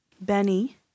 Benny